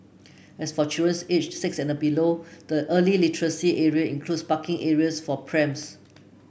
as for children's aged six and below the early literacy area includes parking areas for prams